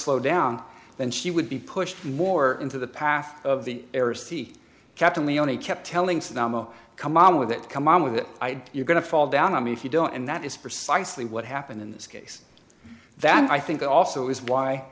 slow down then she would be pushed more into the path of the air sea captain leoni kept telling saddam oh come on with it come on with it you're going to fall down on me if you don't and that is precisely what happened in this case that i think also is why